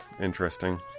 interesting